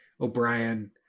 O'Brien